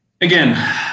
Again